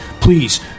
Please